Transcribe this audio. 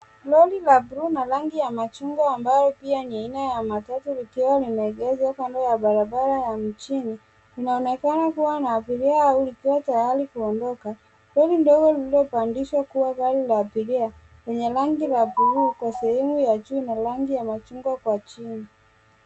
Lori ya buluu na rangi ya machungwa ambayo pia ni aina ya matatu likiwa limeegezwa kando ya barabara ya mjini. Linaonekana kuwa na abiria au likiwa tayari kuondoka. Lori ndogo lililobadilishwa kuwa gari la abiria lenye rangi la buluu kwa sehemu ya juu na rangi ya machungwa kwa chini.